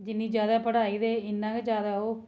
जि'न्नी जादै पढ़ाई ते इ'न्ना गै जादा ओह्